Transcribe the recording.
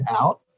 out